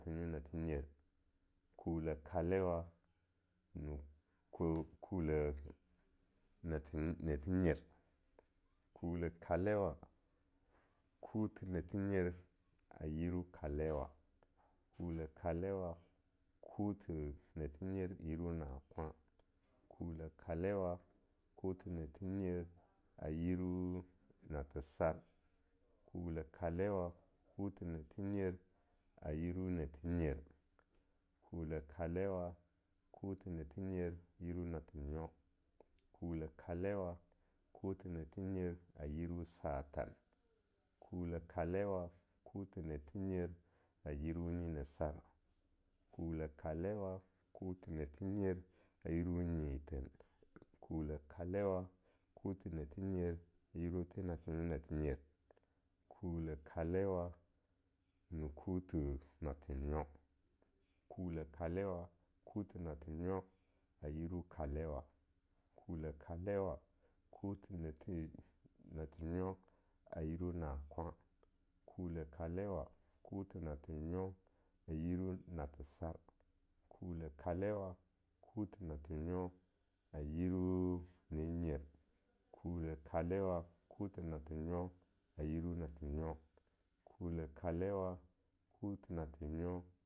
Nathe nyo nathe nyer, kule kalewa, Kuthi nathe nyer a yiru kalewa, kule kulewa kuthi nathe nyer yiru kalewa, kule kalewa kuthi nathe kule na kwa, kule kalewa kuthi nathe nyera yiru nathe sar, kule kalewa kuthi nathenyer a yiru na the nyer, kule kalewakuthi nathe nyer, yiru nathe nyo, kule kalewa, kuthi nathe nyer a yiru satan, kule kalewa kuthi nathe nyer a yiru nyinisar, kule kalewa kuthi nath nyer a yiru nyithen, kule kalewa kuthi nathe nyer yiru the nathe nyo-nathe nyer, kule kalewa m kuthi nathe-nyo, kule kalewa kuthe nathenyo a yiru-kalewa, kule kalewa kuthi nathe nyo ayiru nakwan, kule kalewa kuthi nathe nyo a yiru nathesar, kule kalewa kuthi nathenyo a yiru nanyer, kule kalewa kuthi nathe nyo ayiru nathenyo kule kalewa kuthi nathenyo.